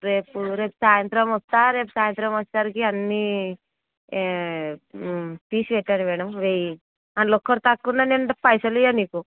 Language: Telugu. రేపు రేపు సాయంత్రం వస్తాను రేపు సాయంత్రం వచ్చేసరికి అన్ని తీసి పెట్టండి మేడం వేయ్య అందులో ఒకటి తక్కువ ఉన్నా పైసలు ఇవ్వం నీకు